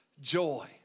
joy